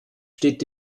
steht